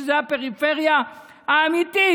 שזו הפריפריה האמיתית,